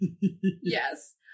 Yes